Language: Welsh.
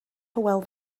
hywel